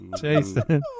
Jason